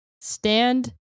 Stand